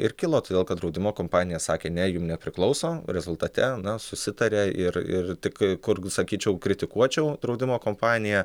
ir kilo todėl kad draudimo kompanija sakė ne jum nepriklauso rezultate na susitaria ir ir tik kai kur sakyčiau kritikuočiau draudimo kompaniją